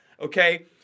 okay